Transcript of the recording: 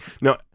no